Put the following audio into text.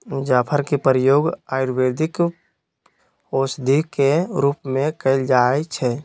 जाफर के प्रयोग आयुर्वेदिक औषधि के रूप में कएल जाइ छइ